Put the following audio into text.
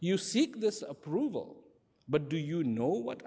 you seek the approval but do you know what